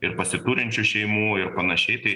ir pasiturinčių šeimų ir panašiai tai